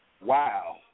Wow